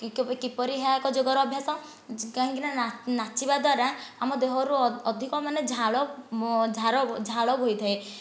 କି କେବେ କିପରି ଏହା ଏକ ଯୋଗର ଅଭ୍ୟାସ କାହିଁକି ନା ନା ନାଚିବା ଦ୍ୱାରା ଆମ ଦେହରୁ ଅଧିକ ମାନେ ଝାଳ ଝାଳ ବୋହିଥାଏ